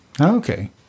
okay